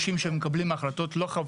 אני הולך